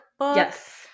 Yes